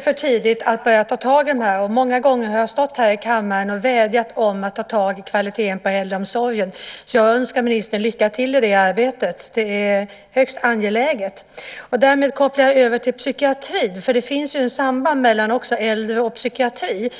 för tidigt att börja ta tag i frågan. Många gånger har jag stått här i kammaren och vädjat om att man ska ta tag i kvaliteten i äldreomsorgen, så jag önskar ministern lycka till i det arbetet. Det är högst angeläget. Därmed kopplar jag över till frågan om psykiatrin, för det finns ju också ett samband mellan äldreomsorg och psykiatri.